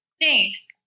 Thanks